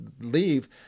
leave